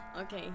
Okay